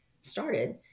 started